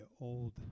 old